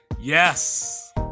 Yes